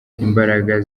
imbaraga